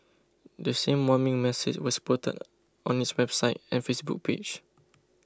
the same warning message was posted on its website and Facebook page